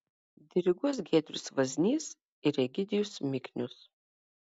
diriguos giedrius vaznys ir egidijus miknius